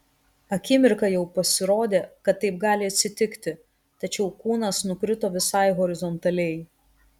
akimirką jau pasirodė kad taip gali atsitikti tačiau kūnas nukrito visai horizontaliai